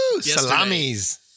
Salamis